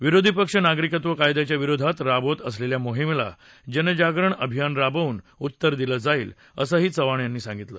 विरोधी पक्ष नागरिकत्व कायदयाच्या विरोधात राबवत असलेल्या मोहिमेला जनजागरण अभियान राबवून उत्तर दिलं जाईल असंही चौहान यांनी सांगितलं